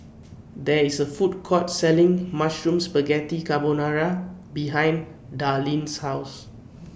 There IS A Food Court Selling Mushroom Spaghetti Carbonara behind Darline's House